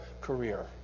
career